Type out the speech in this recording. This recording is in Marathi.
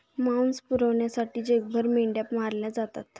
मांस पुरवठ्यासाठी जगभर मेंढ्या मारल्या जातात